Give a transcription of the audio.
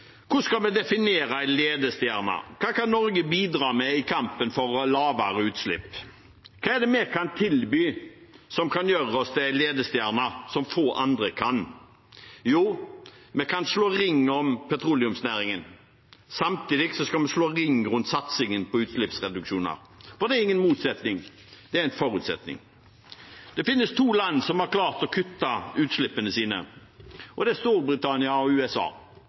skal vi definere en ledestjerne? Hva kan Norge bidra med i kampen for lavere utslipp? Hva er det vi kan tilby som kan gjøre oss til en ledestjerne, som få andre kan? Jo, vi kan slå ring om petroleumsnæringen. Samtidig skal vi slå ring rundt satsingen på utslippsreduksjoner – for det er ingen motsetning, det er en forutsetning. Det finnes to land som har klart å kutte utslippene sine, og det er Storbritannia og USA.